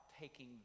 taking